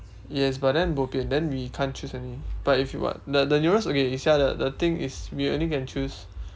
yes but then bopian then we can't choose any but if you want the the nearest okay you see ah the the thing is we only can choose